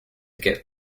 get